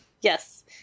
Yes